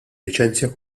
liċenzja